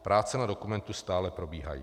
Práce na dokumentu stále probíhají.